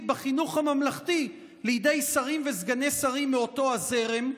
בחינוך הממלכתי בידי שרים וסגני שרים מאותו הזרם,